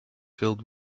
filled